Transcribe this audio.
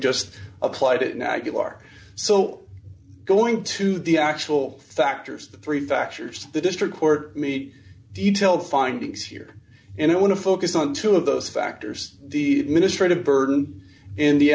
just applied it now you are so going to the actual factors of three factors the district court me you tell the findings here and it want to focus on two of those factors the ministry of burden in the